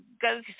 go